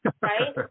right